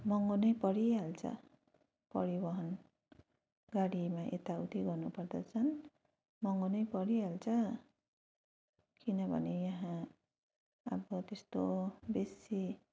महँगो नै परिहाल्छ परिवहन गाडीमा यताउति गर्नु पर्दा चाहिँ महँगो नै परिहाल्छ किनभने यहाँ अब त्यस्तो बेसी